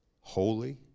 holy